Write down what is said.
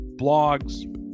blogs